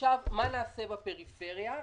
מה נעשה בפריפריה?